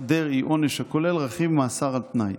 דרעי עונש הכולל רכיב מאסר על תנאי.